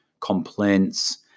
complaints